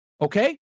okay